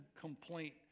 complaint